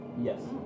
Yes